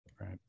Right